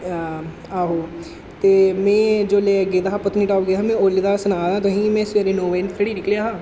हां आहो ते में जोल्लै गेदा हा पत्नीटाप गेआ हा ते में ओल्लै दा सनाऽ दां तुसें गी कि में सवेरै नौ बजे निकलेआ हा